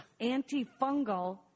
antifungal